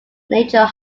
nature